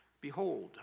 Behold